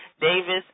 davis